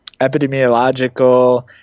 epidemiological